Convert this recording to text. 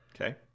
Okay